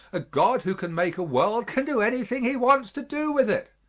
a god who can make a world can do anything he wants to do with it.